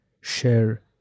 share